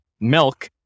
milk